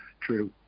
True